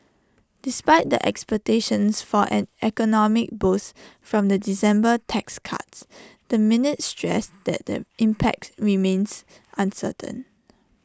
despite the expectations for an economic boost from the December tax cuts the minutes stressed that the impact remains uncertain